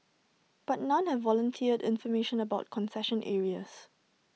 but none have volunteered information about concession areas